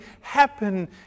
happen